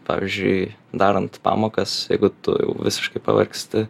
pavyzdžiui darant pamokas jeigu tu jau visiškai pavargsti